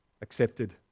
accepted